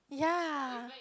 ya